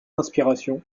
inspiration